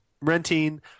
renting